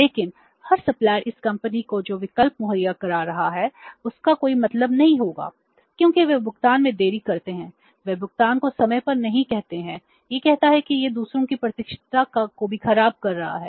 लेकिन हर सप्लायर इस कंपनी को जो विकल्प मुहैया करा रहा है उसका कोई मतलब नहीं होगा क्योंकि वे भुगतान में देरी करते हैं वे भुगतान को समय पर नहीं कहते हैं यह कहता है कि यह दूसरों की प्रतिष्ठा को भी खराब कर रहा है